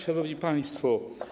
Szanowni Państwo!